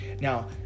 now